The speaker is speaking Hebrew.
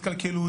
התקלקלו,